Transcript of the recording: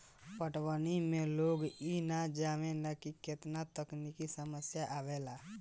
पटवनी में लोग इ ना जानेला की केतना तकनिकी समस्या आवेला